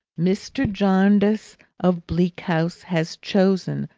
mr. jarndyce of bleak house has chosen,